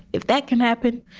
if that can happen,